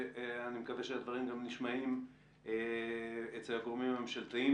ואני מקווה שהדברים גם נשמעים אצל הגורמים הממשלתיים.